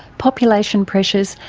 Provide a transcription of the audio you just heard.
population pressures,